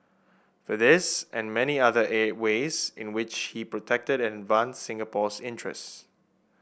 for this and many other ways in which he protected and advanced Singapore's interest